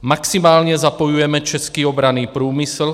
Maximálně zapojujeme český obranný průmysl.